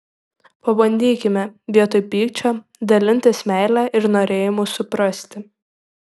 pabandykime vietoj pykčio dalintis meile ir norėjimu suprasti